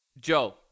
Joe